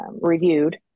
reviewed